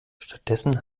stattdessen